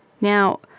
Now